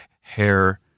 hair